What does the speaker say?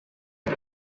nta